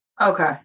Okay